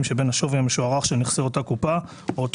שבין השווי המשוערך של נכסי אותה קופה או אותו